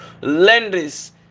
lenders